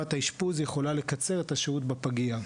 בתקופת האשפוז יכולה לקצר את השהות בפגייה.